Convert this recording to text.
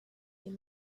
you